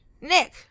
Nick